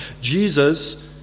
Jesus